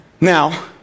Now